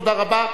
תודה רבה,